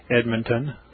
Edmonton